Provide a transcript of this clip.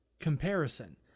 comparison